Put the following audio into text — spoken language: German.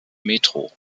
metro